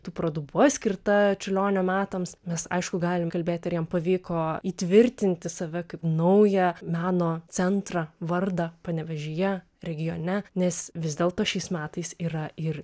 tų parodų buvo skirta čiurlionio metams mes aišku galim kalbėti ar jam pavyko įtvirtinti save kaip naują meno centrą vardą panevėžyje regione nes vis dėlto šiais metais yra ir